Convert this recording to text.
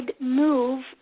move